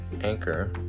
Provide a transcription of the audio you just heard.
Anchor